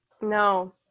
no